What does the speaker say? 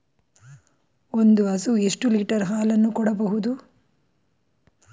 ಒಂದು ಹಸು ಎಷ್ಟು ಲೀಟರ್ ಹಾಲನ್ನು ಕೊಡಬಹುದು?